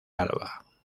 alba